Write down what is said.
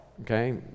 okay